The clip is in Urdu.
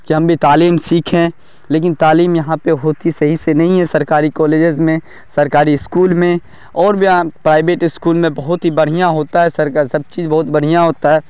کہ ہم بھی تعلیم سیکھیں لیکن تعلیم یہاں پہ ہوتی صحیح سے نہیں ہے سرکاری کالجز میں سرکاری اسکول میں اور بھی پرائیویٹ اسکول میں بہت ہی بڑھیا ہوتا ہے سرکار سب چیز بہت بڑھیا ہوتا ہے